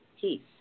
peace